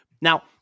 Now